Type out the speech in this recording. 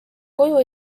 koju